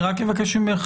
אני רק אבקש ממך,